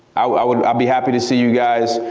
i would be happy to see you guys,